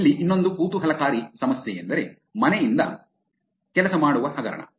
ಇಲ್ಲಿ ಇನ್ನೊಂದು ಕುತೂಹಲಕಾರಿ ಸಮಸ್ಯೆಯೆಂದರೆ ಮನೆಯಿಂದ ಕೆಲಸ ಮಾಡುವ ಹಗರಣ